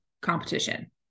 competition